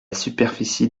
superficie